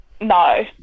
No